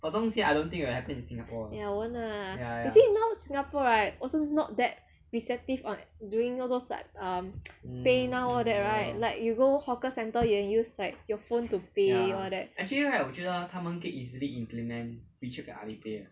ya won't lah you see now singapore right also not that receptive on doing all those like um PayNow all that right like you go hawker centre you will use your phone to pay all that